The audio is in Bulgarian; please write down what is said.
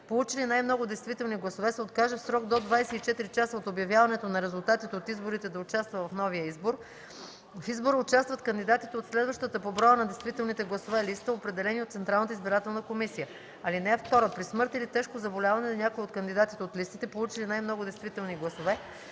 получили най-много действителни гласове, се откаже в срок до 24 часа от обявяването на резултатите от изборите да участва в новия избор, в избора участват кандидатите от следващата по броя на действителни гласове листа, определени от Централната избирателна комисия. (2) При смърт или тежко заболяване на някой от кандидатите от листите, получили най-много действителни гласове,